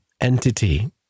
entity